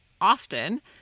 often